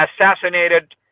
assassinated